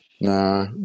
nah